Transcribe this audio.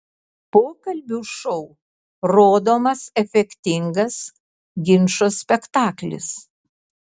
pokalbių šou rodomas efektingas ginčo spektaklis